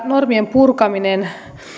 normien purkaminen